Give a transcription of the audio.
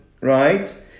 right